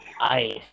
Ice